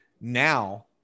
now